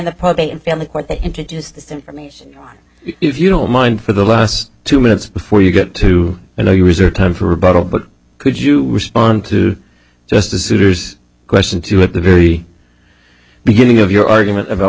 and family court that introduced this information if you don't mind for the last two minutes before you get to you know you reserve time for rebuttal but could you respond to justice souter's question two at the very beginning of your argument about